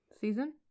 Season